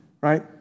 Right